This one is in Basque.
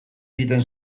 egiten